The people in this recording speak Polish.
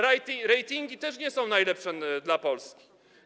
Ratingi też nie są najlepsze dla Polski.